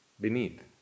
beneath